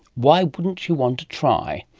why wouldn't you want to try.